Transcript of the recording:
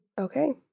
okay